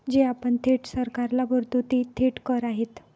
जे आपण थेट सरकारला भरतो ते थेट कर आहेत